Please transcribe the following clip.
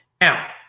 Now